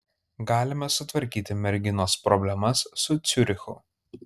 galime sutvarkyti merginos problemas su ciurichu